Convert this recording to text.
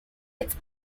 its